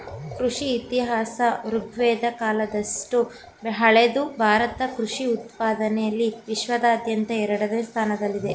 ಕೃಷಿ ಇತಿಹಾಸ ಋಗ್ವೇದ ಕಾಲದಷ್ಟು ಹಳೆದು ಭಾರತ ಕೃಷಿ ಉತ್ಪಾದನೆಲಿ ವಿಶ್ವಾದ್ಯಂತ ಎರಡನೇ ಸ್ಥಾನದಲ್ಲಿದೆ